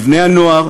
לבני-הנוער,